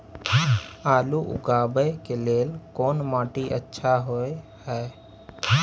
आलू उगाबै के लेल कोन माटी अच्छा होय है?